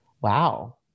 wow